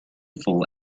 full